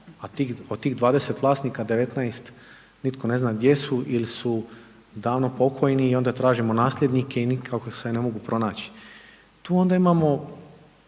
A od tih 20 vlasnika, 19 nitko ne zna gdje su ili su davno pokojni i onda tražimo nasljednike i nikako se ne mogu pronaći. Tu onda imamo